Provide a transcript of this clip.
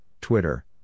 Twitter